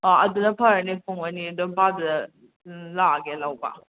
ꯑꯥ ꯑꯗꯨꯅ ꯐꯔꯅꯤ ꯄꯨꯡ ꯑꯅꯤ ꯑꯗꯨꯋꯥꯏꯗꯨꯗ ꯂꯥꯛ ꯑꯒꯦ ꯂꯧꯕ